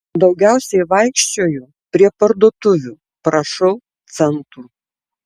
daugiausiai vaikščioju prie parduotuvių prašau centų